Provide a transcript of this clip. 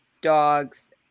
dogs